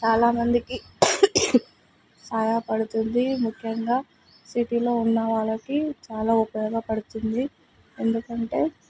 చాలా మందికి సహయపడుతుంది ముఖ్యంగా సిటీలో ఉన్న వాళ్ళకి చాలా ఉపయోగపడుతుంది ఎందుకంటే